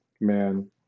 man